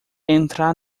entrar